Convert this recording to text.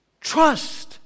Trust